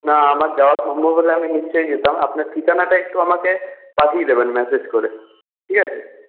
না আমার যাওয়া সম্ভব হলে আমি নিশ্চই যেতাম আপনার ঠিকানাটা একটু আমাকে পাঠিয়ে দেবেন ম্যসেজ করে ঠিক আছে